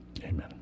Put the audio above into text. Amen